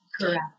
Correct